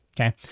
okay